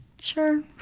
Sure